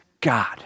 God